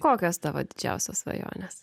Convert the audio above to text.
kokios tavo didžiausios svajonės